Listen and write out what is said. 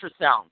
ultrasound